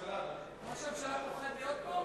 ראש הממשלה פוחד להיות פה?